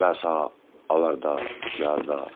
पैसा आवा'रदा जा'रदा